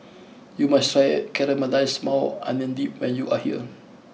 you must try Caramelized Maui Onion Dip when you are here